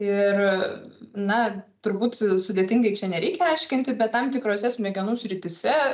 ir na turbūt sudėtingai čia nereikia aiškinti bet tam tikrose smegenų srityse